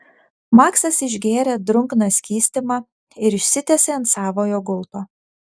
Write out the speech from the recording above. maksas išgėrė drungną skystimą ir išsitiesė ant savojo gulto